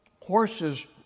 horses